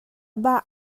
bah